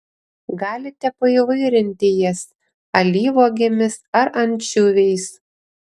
galite paįvairinti jas alyvuogėmis ar ančiuviais